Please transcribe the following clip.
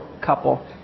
couple